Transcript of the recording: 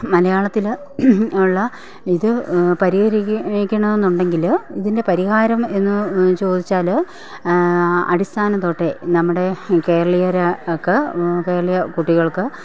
മലയാളത്തിൽ ഉള്ള ഇത് പരിഹരിക്കണമെന്നുണ്ടെങ്കിൽ ഇതിൻ്റെ പരിഹാരം എന്നു ചോദിച്ചാൽ അടിസ്ഥാനം തൊട്ടേ നമ്മുടെ കേരളീയർ ഒക്കെ കേരളീയ കുട്ടികൾക്ക്